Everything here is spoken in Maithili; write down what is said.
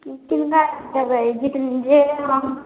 किनका देबै जीत जे हम